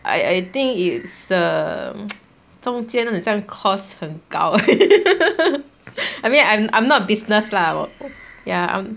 I I think it's um 中间很像 cost 很高 I mean I'm I'm not business lah ya um